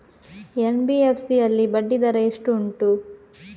NBFC ಯಲ್ಲಿ ಬಡ್ಡಿ ದರ ಎಷ್ಟು ಉಂಟು?